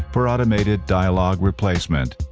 for automated dialogue replacement.